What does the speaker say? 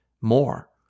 more